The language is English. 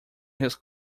his